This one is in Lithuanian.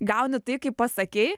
gauni tai kaip pasakei